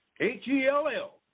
H-E-L-L